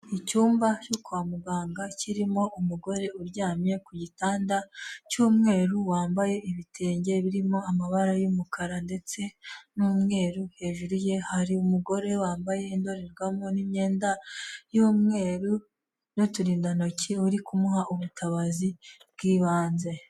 Icyumba cyo kwa muganga, kirimo umugore uryamye ku gitanda cy'umweru, wambaye ibitenge birimo amabara y'umukara ndetse n'umweru, hejuru ye hari umugore wambaye indorerwamo n'imyenda y'umweru, n'uturindantoki, uri kumuha ubutabazi bw'ibanze.